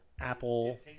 apple